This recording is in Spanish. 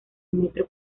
metro